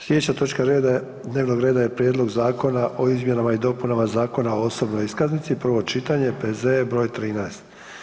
Slijedeća točka reda, dnevnog reda je: - Prijedlog zakona o izmjenama i dopunama Zakona o osobnoj iskaznici, prvo čitanje, P.Z.E. br. 13.